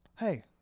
Hey